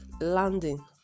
landing